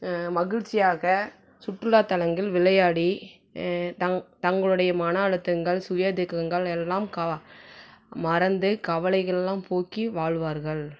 மகிழ்ச்சியாக சுற்றுலா தலங்கள் விளையாடி தங் தங்களுடைய மன அழுத்தங்கள் சுய துக்கங்கள் எல்லாம் கா மறந்து கவலைகளைலாம் போக்கி வாழ்வார்கள்